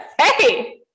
Hey